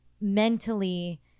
mentally